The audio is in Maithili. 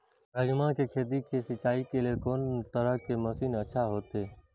राजमा के खेत के सिंचाई के लेल कोन तरह के मशीन अच्छा होते?